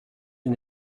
une